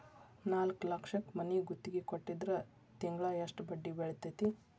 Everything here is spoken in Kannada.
ನಾಲ್ಕ್ ಲಕ್ಷಕ್ ಮನಿ ಗುತ್ತಿಗಿ ಕೊಟ್ಟಿದ್ರ ತಿಂಗ್ಳಾ ಯೆಸ್ಟ್ ಬಡ್ದಿ ಬೇಳ್ತೆತಿ?